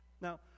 Now